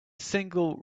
single